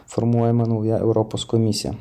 formuojama nauja europos komisija